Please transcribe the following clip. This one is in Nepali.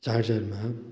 चार्जरमा